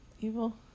Evil